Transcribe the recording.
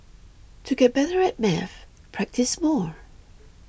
to get better at maths practise more